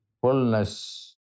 fullness